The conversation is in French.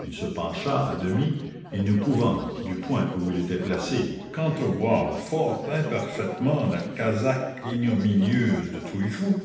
il se pencha à demi et ne pouvant du point où il était placé qu'entrevoir fort imparfaitement la casaque ignominieuse de trouillefou